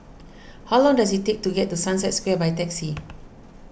how long does it take to get to Sunset Square by taxi